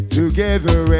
together